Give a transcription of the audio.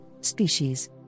species